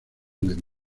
del